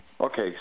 Okay